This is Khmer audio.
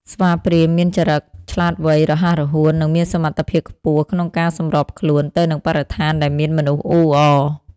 ស្វាព្រាហ្មណ៍មានចរិតឆ្លាតវៃ រហ័សរហួន និងមានសមត្ថភាពខ្ពស់ក្នុងការសម្របខ្លួនទៅនឹងបរិស្ថានដែលមានមនុស្សអ៊ូអរ។